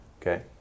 Okay